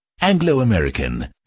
Anglo-American